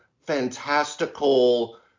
fantastical